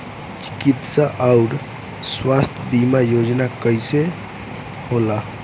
चिकित्सा आऊर स्वास्थ्य बीमा योजना कैसे होला?